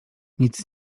nic